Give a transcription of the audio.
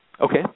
Okay